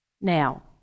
Now